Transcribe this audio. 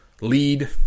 lead